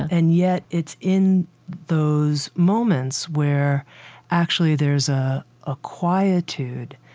and yet, it's in those moments where actually there's a ah quietude.